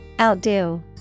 Outdo